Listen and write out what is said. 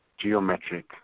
Geometric